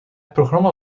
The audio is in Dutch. programma